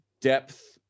depth